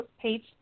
page